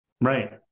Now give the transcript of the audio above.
Right